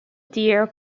deer